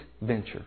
venture